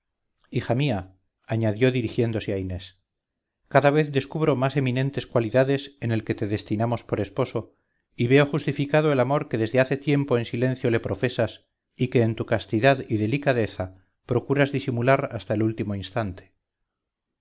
hija mía añadió dirigiéndose a inés cada vez descubro más eminentes cualidades en el que te destinamos por esposo y veo justificado el amor que desde hace tiempo en silencio le profesas y que en tu castidad y delicadeza procuras disimular hasta el último instante